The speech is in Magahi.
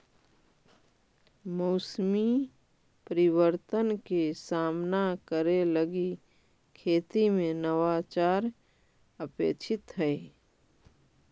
मौसमी परिवर्तन के सामना करे लगी खेती में नवाचार अपेक्षित हई